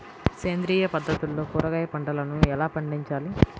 సేంద్రియ పద్ధతుల్లో కూరగాయ పంటలను ఎలా పండించాలి?